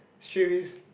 straightly